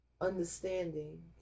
understanding